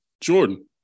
Jordan